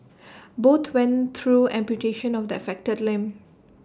both went through amputation of the affected limb